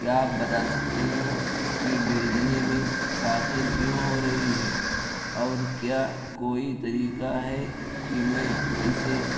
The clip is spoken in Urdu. کیا آپ بتا سکتے ہیں کہ بھیجنے میں تاخیر کیوں ہو رہی ہے اور کیا کوئی طریقہ ہے کہ میں اسے